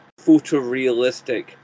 photorealistic